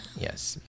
Yes